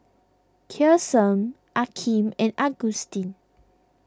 Kyson Akeem and Agustin